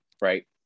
right